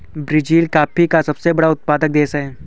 Brazil coffee का सबसे बड़ा उत्पादक देश है